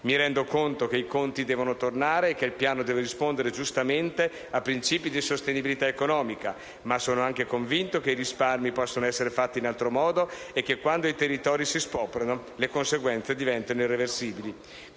Mi rendo conto che i conti devono tornare e che il piano deve rispondere, giustamente, a principi di sostenibilità economica ma sono anche convinto che i risparmi possono essere fatti in altro modo e che quando i territori si spopolano le conseguenze diventano irreversibili.